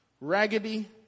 raggedy